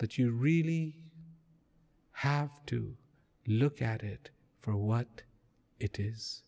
that you really have to look at it for what it is